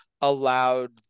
allowed